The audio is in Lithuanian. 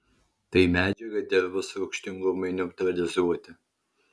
tai medžiaga dirvos rūgštingumui neutralizuoti